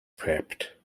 prepped